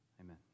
Amen